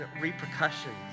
repercussions